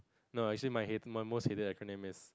no actually my hate my most hated acronym is